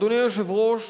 אדוני היושב-ראש,